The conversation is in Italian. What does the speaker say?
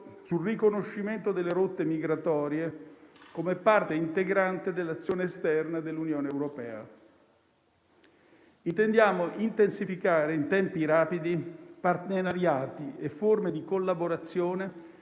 sul riconoscimento delle rotte migratorie come parte integrante dell'azione esterna dell'Unione europea. Intendiamo intensificare in tempi rapidi partenariati e forme di collaborazione